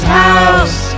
house